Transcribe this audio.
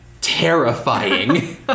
terrifying